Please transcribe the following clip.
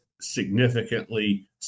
significantly